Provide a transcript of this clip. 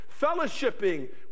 fellowshipping